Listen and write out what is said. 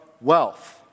wealth